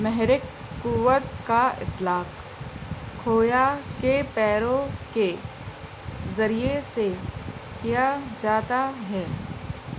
محرک قوت کا اطلاق کھویا کے پیروں کے ذریعے سے کیا جاتا ہے